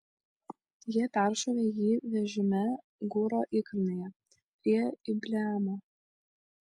jie peršovė jį vežime gūro įkalnėje prie ibleamo